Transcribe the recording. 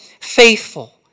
faithful